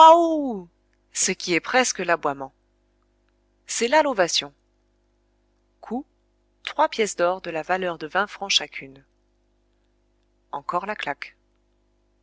ce qui est presque l'aboiement c'est là l'ovation coût trois pièces d'or de la valeur de vingt francs chacune